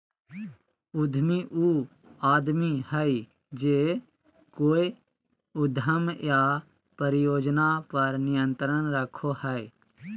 उद्यमी उ आदमी हइ जे कोय उद्यम या परियोजना पर नियंत्रण रखो हइ